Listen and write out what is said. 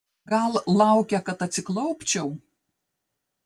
gal laukia kad atsiklaupčiau